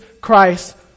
Christ